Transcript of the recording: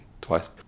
Twice